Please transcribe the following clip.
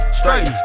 straight